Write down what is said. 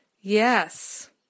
Yes